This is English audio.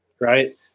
right